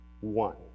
One